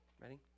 Ready